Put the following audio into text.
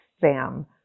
Sam